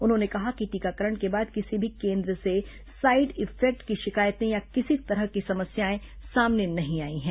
उन्होंने कहा कि टीकाकरण के बाद किसी भी केन्द्र से साइड इफेक्ट की शिकायतें या किसी तरह की समस्याएं सामने नहीं आई हैं